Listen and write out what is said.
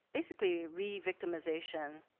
basically every victimization.